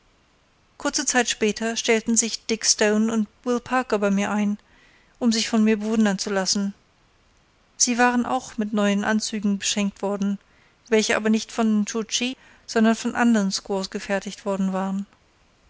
kurze zeit später stellten sich dick stone und will parker bei mir ein um sich von mir bewundern zu lassen sie waren auch mit neuen anzügen beschenkt worden welche aber nicht von nscho tschi sondern von andern squaws gefertigt worden waren